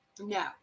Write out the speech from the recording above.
No